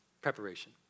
preparation